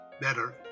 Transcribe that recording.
better